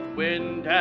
wind